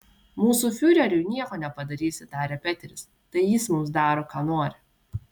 mūsų fiureriui nieko nepadarysi tarė peteris tai jis mums daro ką nori